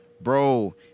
Bro